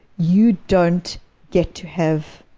you don't get to have